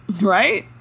Right